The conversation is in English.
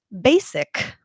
basic